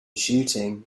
shooting